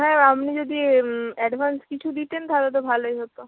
হ্যাঁ আপনি যদি অ্যাডভান্স কিছু দিতেন তাহলে তো ভালোই হতো